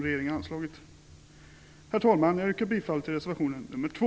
Herr talman! Jag yrkar bifall till reservation nr 2.